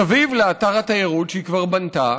מסביב לאתר התיירות שהיא כבר בנתה,